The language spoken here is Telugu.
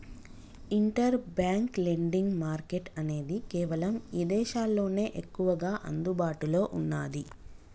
ఇంటర్ బ్యాంక్ లెండింగ్ మార్కెట్ అనేది కేవలం ఇదేశాల్లోనే ఎక్కువగా అందుబాటులో ఉన్నాది